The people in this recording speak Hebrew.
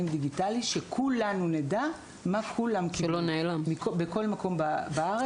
דיגיטלי שכולנו נדע מה כולם מקבלים בכל מקום בארץ.